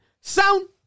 Sound